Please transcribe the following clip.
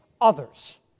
others